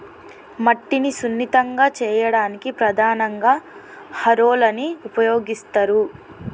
మట్టిని సున్నితంగా చేయడానికి ప్రధానంగా హారోలని ఉపయోగిస్తరు